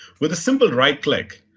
with a simple right-click,